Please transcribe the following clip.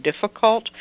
difficult